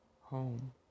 home